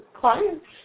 clients